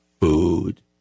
food